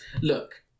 look